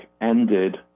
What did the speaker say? ended